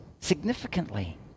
significantly